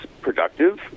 productive